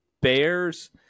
Bears